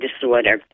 disorder